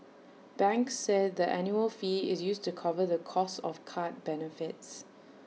banks said the annual fee is used to cover the cost of card benefits